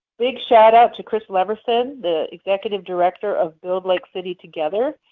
big shout out to chris leverson, the executive director of build lake city together.